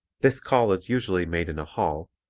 this call is usually made in a hall,